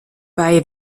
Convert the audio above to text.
bei